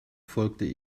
folgte